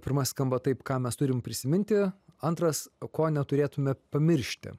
pirmasis skamba taip ką mes turim prisiminti antras ko neturėtume pamiršti